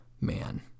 man